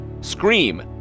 Scream